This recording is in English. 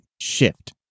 shift